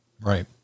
Right